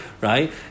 right